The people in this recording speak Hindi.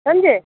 समझे